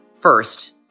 First